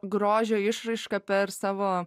grožio išraišką per savo